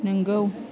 नोंगौ